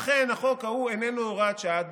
אכן, החוק ההוא איננו הוראת שעה.